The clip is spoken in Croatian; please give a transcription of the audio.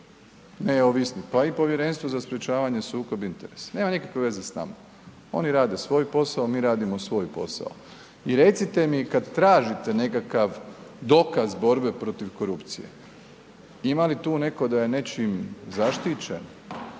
Neovisni, pa i Povjerenstvo za sprječavanje sukoba interesa, nema nikakve veze s nama, oni rade svoj posao, mi radimo svoj posao. I recite mi kad tražite nekakav dokaz borbe protiv korupcije, ima li tu netko da je nečim zaštićen?